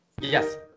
Yes